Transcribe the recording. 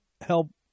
help